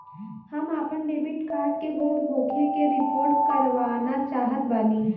हम आपन debit card के गुम होखे के रिपोर्ट करवाना चाहत बानी